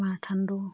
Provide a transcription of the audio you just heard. marathon দৌৰ